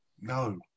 No